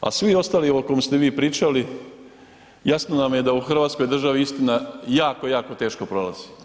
A svi ostali o kome ste vi pričali jasno nam je da u Hrvatskoj državi istina jako, jako teško prolazi.